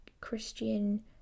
Christian